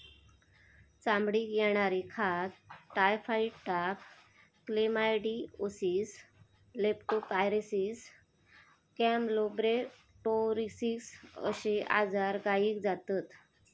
चामडीक येणारी खाज, टायफॉइड ताप, क्लेमायडीओसिस, लेप्टो स्पायरोसिस, कॅम्पलोबेक्टोरोसिस अश्ये आजार गायीक जातत